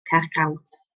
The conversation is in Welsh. caergrawnt